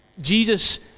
Jesus